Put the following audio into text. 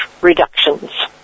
reductions